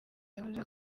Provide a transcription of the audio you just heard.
yavuze